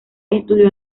estudió